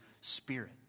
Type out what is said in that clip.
Spirit